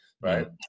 right